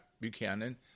Buchanan